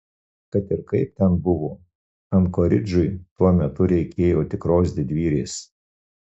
kad ir kaip ten buvo ankoridžui tuo metu reikėjo tikros didvyrės